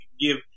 give